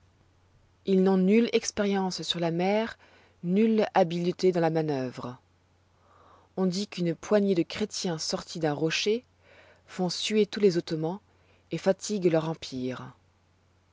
ils n'ont nulle expérience sur la mer nulle d'habileté dans la manœuvre on dit qu'une poignée de chrétiens sortis d'un rocher font suer tous les ottomans et fatiguent leur empire